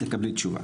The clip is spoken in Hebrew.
תקבלי תשובה.